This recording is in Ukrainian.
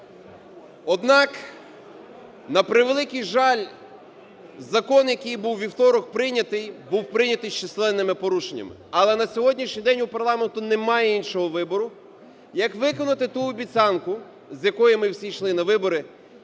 Однак, на превеликий жаль, закон, який був у вівторок прийнятий, був прийнятий з численними порушеннями. Але на сьогоднішній день у парламенту немає іншого вибору, як виконати ту обіцянку, з якої ми всі йшли на вибори,